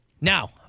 Now